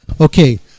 Okay